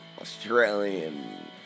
Australian